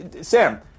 Sam